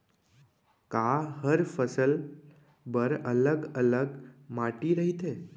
का हर फसल बर अलग अलग माटी रहिथे?